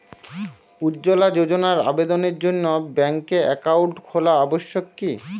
উজ্জ্বলা যোজনার আবেদনের জন্য ব্যাঙ্কে অ্যাকাউন্ট খোলা আবশ্যক কি?